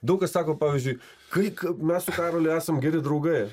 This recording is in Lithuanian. daug kas sako pavyzdžiui kai k mes su karoliu esam geri draugai